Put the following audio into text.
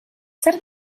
zer